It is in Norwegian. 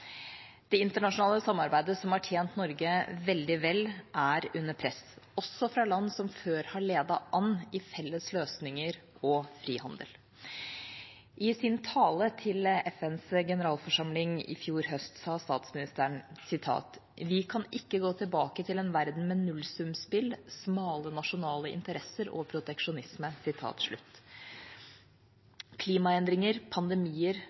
Det internasjonale samarbeidet som har tjent Norge veldig vel, er under press, også fra land som før har ledet an i felles løsninger og frihandel. I sin tale til FNs generalforsamling i fjor høst, sa statsministeren at vi ikke kan gå tilbake til en verden med nullsumspill, smale nasjonale interesser og proteksjonisme. Klimaendringer, pandemier,